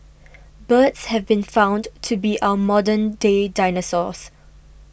birds have been found to be our modern day dinosaurs